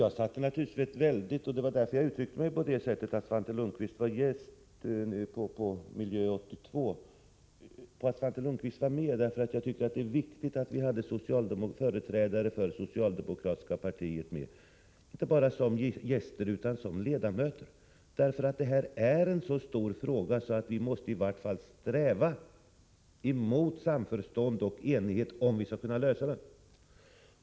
Jag satte naturligtvis mycket stort värde på att Svante Lundkvist och andra företrädare för socialdemokratiska partiet var gäster på Miljö 82, och de var inte bara gäster utan ledamöter. Det var därför som jag uttryckte mig så som jag gjorde. Detta är ju en så stor fråga att vi åtminstone måste sträva mot samförstånd och enighet om vi skall kunna lösa den.